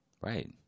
Right